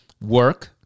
work